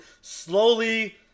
slowly